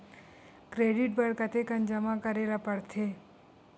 Credit बर कतेकन जमा करे ल पड़थे?